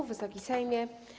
Wysoki Sejmie!